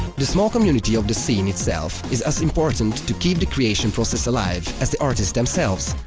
the small community of the scene itself is as important to keep the creation process alive as the artists themselves.